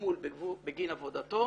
מתגמול בגין עבודתו,